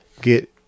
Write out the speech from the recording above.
get